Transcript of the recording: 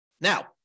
Now